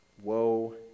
Woe